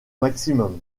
maximum